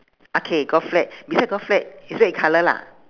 okay got flag beside got flag is red colour lah